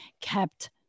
Kept